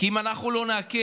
כי אם אנחנו לא נעכל,